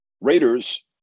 Raiders